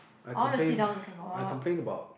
I want to sit down also cannot